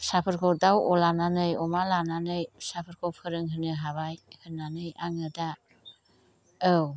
फिसाफोरखौ दाउ लानानै अमा लानानै फिसाफोरखौ फोरोंहोनो हाबाय होननानै आङो दा औ